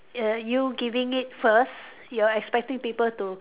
err you giving it first you're expecting people to